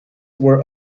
were